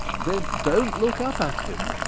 then don't look up at him.